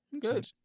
good